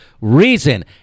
reason